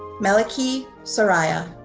melaqui souraya.